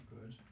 good